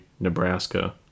Nebraska